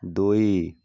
ଦୁଇ